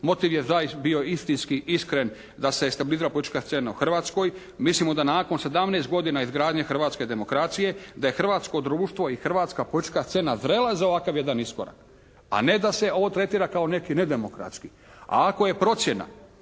Motiv je zaista bio istinski, iskren da se stabilizira politička scena u Hrvatskoj. Mislimo da nakon 17 godina izgradnje hrvatske demokracije, da je hrvatsko društvo i hrvatska politička scena zrela za ovakav jedan iskorak. A ne da se ovo tretira kao neki nedemokratski. A ako je procjena